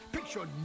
Picture